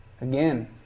Again